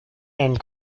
and